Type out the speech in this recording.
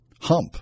hump